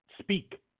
speak